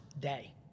day